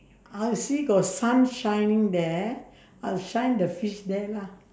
I see got sun shining there I will shine the fish there lah